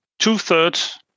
Two-thirds